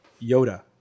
Yoda